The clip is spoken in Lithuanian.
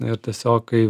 ir tiesiog kai